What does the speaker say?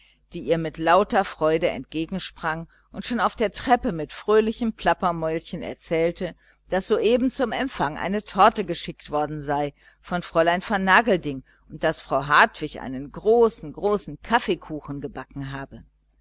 die ihr in lauter freude entgegensprang und schon auf der treppe mit fröhlichem plappermäulchen erzählte daß soeben zum empfang eine torte geschickt worden sei von fräulein vernagelding und daß frau hartwig einen großen großen kaffeekuchen gebacken habe